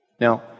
Now